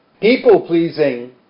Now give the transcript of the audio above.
People-pleasing